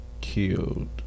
Killed